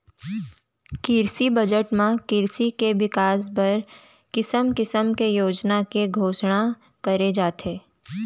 किरसी बजट म किरसी के बिकास बर किसम किसम के योजना के घोसना करे जाथे